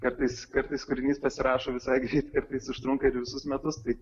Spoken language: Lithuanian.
kartais kartais kūrinys pasirašo visai greit kartais užtrunka ir visus metus tai